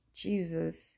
jesus